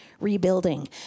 rebuilding